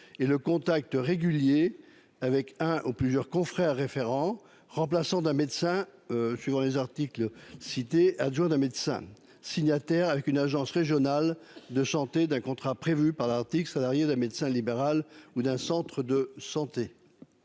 et le contact régulier avec un ou plusieurs confrères référents, remplaçant d'un médecin, adjoint d'un médecin, signataire avec une agence régionale de santé d'un contrat prévu à l'article L. 1435-4-2, salarié d'un médecin libéral ou d'un centre de santé.